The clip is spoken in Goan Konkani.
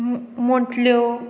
मोटल्यो